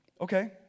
Okay